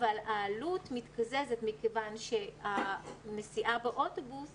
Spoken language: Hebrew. אבל העלות מתקזזת מכיוון שהנסיעה באוטובוס